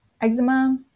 eczema